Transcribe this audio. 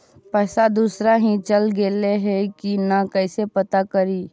पैसा दुसरा ही चल गेलै की न कैसे पता करि?